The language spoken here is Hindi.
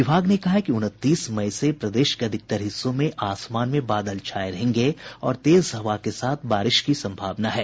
विभाग ने कहा है कि उनतीस मई से प्रदेश के अधिकतर हिस्सों में आसमान में बादल छाये रहेंगे और तेज हवा के साथ बारिश की संभावना बनी हुई है